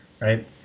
right